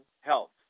health